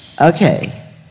Okay